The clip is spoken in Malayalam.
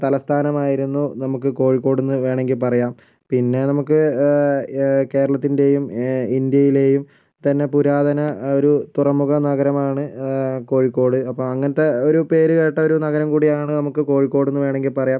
തലസ്ഥാനമായിരുന്നു നമുക്ക് കോഴിക്കോട് എന്ന് വേണമെങ്കിൽ പറയാം പിന്നെ നമുക്ക് കേരളത്തിൻ്റെയും ഇന്ത്യയിലേയും തന്ന പുരാതന ഒരു തുറമുഖ നഗരമാണ് കോഴിക്കോട് അപ്പം അങ്ങനത്തെ ഒരു പേരു കേട്ട ഒരു നഗരം കൂടിയാണ് നമുക്ക് കോഴിക്കോട് എന്ന് വേണമെങ്കിൽ പറയാം